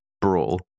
brawl